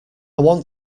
want